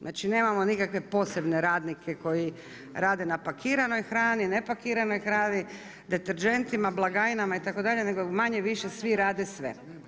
Znači, nemamo nikakve posebne radnike koji rade na pakiranoj hrani, nepakiranoj hrani, deterdžentima , blagajnama itd., nego manje-više svi rade sve.